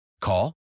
Call